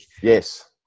Yes